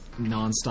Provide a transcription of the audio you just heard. nonstop